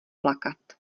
plakat